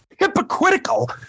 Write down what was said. Hypocritical